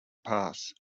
pass